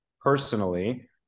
personally